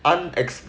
unex~